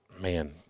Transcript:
man